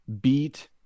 beat